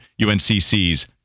UNCC's